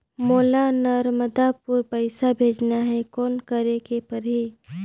मोला नर्मदापुर पइसा भेजना हैं, कौन करेके परही?